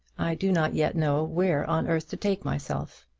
i do not yet know where on earth to take myself.